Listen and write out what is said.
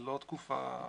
זו לא תקופה משמעותית.